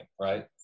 right